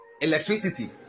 electricity